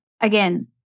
Again